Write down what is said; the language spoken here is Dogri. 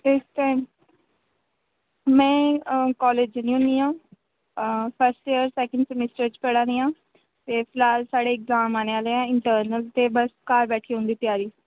ते उस टाइम में कालेज जन्नी होनी आं फर्स्ट इयर सेकंड सेमेस्टर च पढ़ै नी आं ते फिलहाल साढ़े इग्जाम आने आह्ले ऐ इंटरनल्स ते बस घर बेठियै उं'दी त्यारी